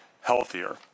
healthier